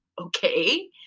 okay